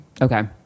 Okay